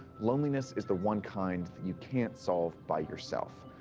loneliness is the one kind that you can't solve by yourself.